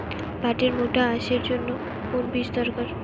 পাটের মোটা আঁশের জন্য কোন বীজ দরকার?